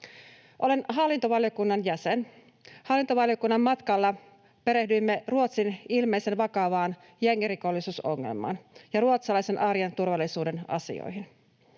Olen hallintovaliokunnan jäsen. Hallintovaliokunnan matkalla perehdyimme Ruotsin ilmeisen vakavaan jengirikollisuusongelmaan ja ruotsalaisen arjen turvallisuuden asioihin.